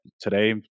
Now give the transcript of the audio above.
today